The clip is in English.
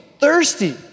thirsty